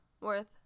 worth